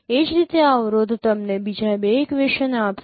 એ જ રીતે આ અવરોધ તમને બીજા બે ઇક્વેશનસ આપશે